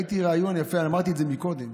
ראיתי רעיון יפה, אמרתי את זה קודם: